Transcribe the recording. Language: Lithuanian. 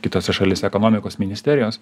kitose šalis ekonomikos ministerijos